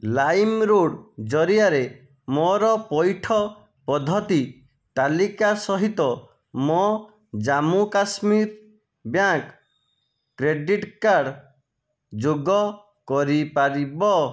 ଲାଇମ୍ରୋଡ୍ ଜରିଆରେ ମୋର ପଇଠ ପଦ୍ଧତି ତାଲିକା ସହିତ ମୋ Jammu Kashmir bank credit card ଯୋଗ କରିପାରିବ